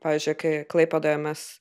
pavyzdžiui kai klaipėdoje mes